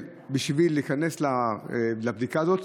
בשביל להיכנס לבדיקה הזאת,